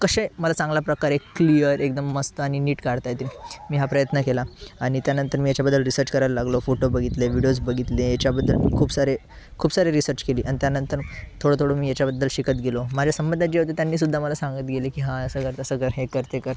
कसे मला चांगल्या प्रकारे क्लिअर एकदम मस्त आणि नीट काढता येतील मी हा प्रयत्न केला आणि त्यानंतर मी याच्याबदल रिसर्च करायला लागलो फोटो बघितले व्हिडीओज बघितले याच्याबद्दल मी खूप सारे खूप सारे रिसर्च केली आणि त्यानंतर थोडं थोडं मी याच्याबद्दल शिकत गेलो माझ्या संबंधात जे होते त्यांनी सुद्धा मला सांगत गेले की हा असं कर तसं कर हे कर ते कर